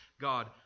God